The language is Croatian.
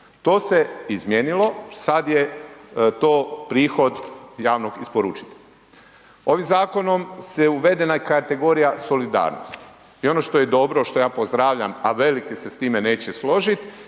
To se izmijenilo, sad je to prihod javnog isporučitelja. Ovim zakonom uvedena je kategorija solidarnosti. I ono što je dobro, što ja pozdravljam, a veliki se s time neće složiti